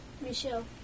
Michelle